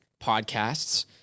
Podcasts